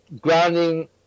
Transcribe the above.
Grounding